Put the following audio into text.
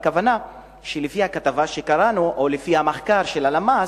הכוונה, לפי הכתבה שקראנו, או לפי המחקר של הלמ"ס,